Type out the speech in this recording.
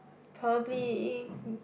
probably